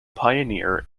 pioneer